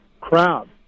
crowd